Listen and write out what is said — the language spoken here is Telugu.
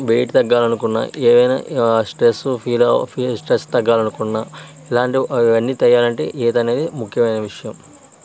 వెయిటు తగ్గాలనుకున్నా ఏమైనా స్ట్రెస్సు ఫి స్ట్రెస్ తగ్గాలనుకున్నా ఇలాంటి ఇవన్నీ తెలియాలంటే ఈతనేది ముఖ్యమైన విషయం